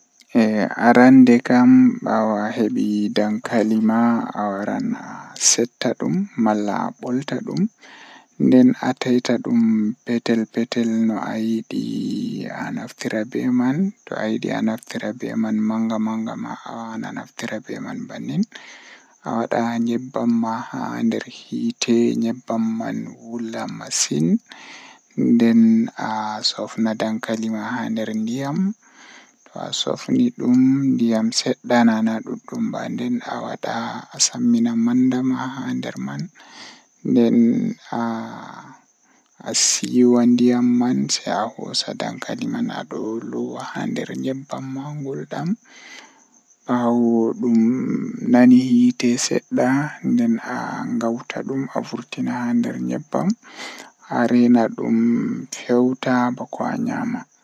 Ko ɗum ɗi woodi waawugol waɗde, kono ɗum ɗuum faamataa no waɗata hakkunde njararɗe e ɗuum waɗal ɗum. Aɗa ɗoɗi ngam sembe ɓe weltaari e maɓɓe waɗi waɗitde koɗɗinɗe waɗataa ko waɗude gonɗal neɗɗo. Konngol ɓe waɗata heɓde semmbugol waɗi kadi laaɓtoode njikkitaaɗe, kono waɗal ɓe ɗi heɓanaa njogorde ɗe waɗitde ɗum waɗaa heɓde.